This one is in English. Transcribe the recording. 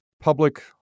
public